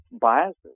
biases